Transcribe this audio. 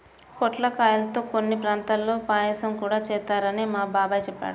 పొట్లకాయల్తో కొన్ని ప్రాంతాల్లో పాయసం గూడా చేత్తారని మా బాబాయ్ చెప్పాడు